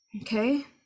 okay